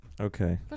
okay